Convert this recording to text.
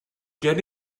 get